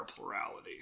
plurality